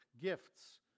gifts